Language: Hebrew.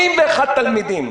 81 תלמידים,